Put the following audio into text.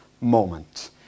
moment